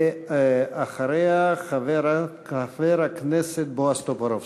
אחריה, חבר הכנסת בועז טופורובסקי.